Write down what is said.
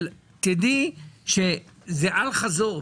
תדעי שזה אל-חזור,